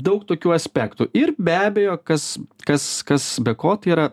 daug tokių aspektų ir be abejo kas kas kas be ko tai yra